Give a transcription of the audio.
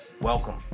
welcome